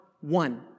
one